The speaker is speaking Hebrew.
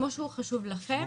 כמו שהוא חשוב לכם,